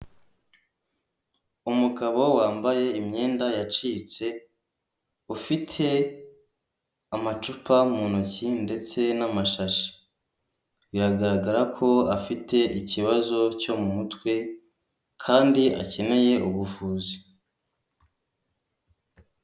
Umugabo wambaye imyenda yacitse, ufite amacupa mu ntoki ndetse n'amashashi. Biragaragara ko afite ikibazo cyo mu mutwe kandi akeneye ubuvuzi.